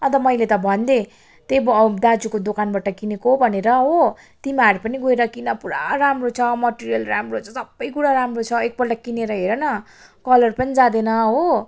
अन्त मैले त भनिदिएँ त्यही ब दाजुको दोकानबट किनेको भनेर हो तिमीहरू पनि गएर किन पुरा राम्रो छ मटेरियल राम्रो छ सबै कुरा राम्रो छ एकपल्ट किनेर हेर न कलर पनि जाँदैन हो